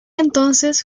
entonces